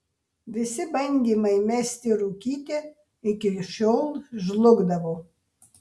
visi bandymai mesti rūkyti iki šiol žlugdavo